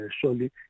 Surely